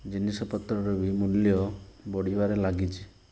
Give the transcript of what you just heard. ଜିନିଷପତ୍ରର ବି ମୂଲ୍ୟ ବଢ଼ିବାରେ ଲାଗିଛି